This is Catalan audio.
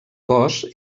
cos